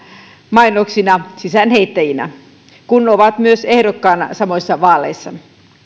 mainoksina sisäänheittäjinä kun ovat myös ehdokkaina samoissa vaaleissa